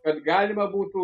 kad galima būtų